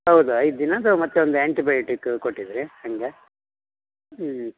ಹೌದು ಐದು ದಿನದ್ದು ಮತ್ತು ಒಂದು ಆ್ಯಂಟಿ ಬಯೋಟಿಕ್ ಕೊಟ್ಟಿದ್ದಿರಿ ನನಗೆ ಹ್ಞೂ